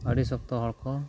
ᱟᱹᱰᱤ ᱥᱚᱠᱛᱚ ᱦᱚᱲᱠᱚ